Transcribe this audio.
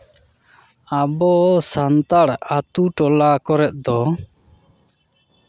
ᱟᱵᱚ ᱥᱟᱱᱛᱟᱲ ᱟᱛᱳ ᱴᱚᱞᱟ ᱠᱚᱨᱮᱫ ᱫᱚ